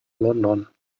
london